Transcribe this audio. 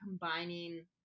combining